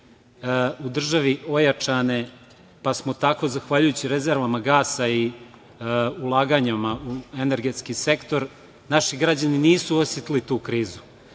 u državi ojačane pa smo tako zahvaljujući rezervama gasa i ulaganjem u energetski sektor naši građani nisu osetili tu krizu.